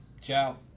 Ciao